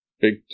big